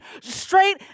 straight